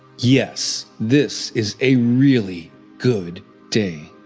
yes, this is a really good day.